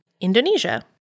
Indonesia